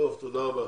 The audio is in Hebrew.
תודה רבה.